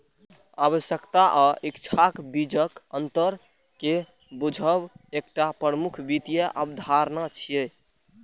आवश्यकता आ इच्छाक बीचक अंतर कें बूझब एकटा प्रमुख वित्तीय अवधारणा छियै